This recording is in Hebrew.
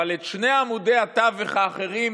אבל את שני עמודי התווך האחרים